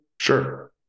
Sure